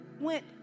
went